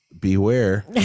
Beware